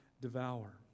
devour